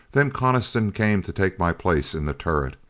then coniston came to take my place in the turret,